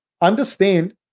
understand